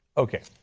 okay,